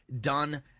done